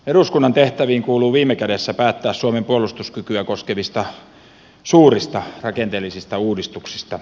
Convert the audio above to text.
eduskunnan tehtäviin kuuluu viime kädessä päättää suomen puolustuskykyä koskevista suurista rakenteellisista uudistuksista